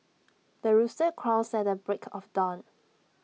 the rooster crows at the break of dawn